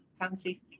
County